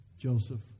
Joseph